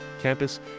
campus